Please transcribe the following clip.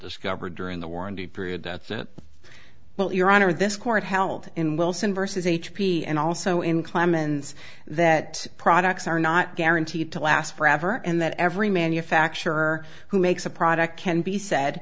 discovered during the warranty period that's it well your honor this court held in wilson versus h p and also in clemens that products are not guaranteed to last forever and that every manufacturer who makes a product can be said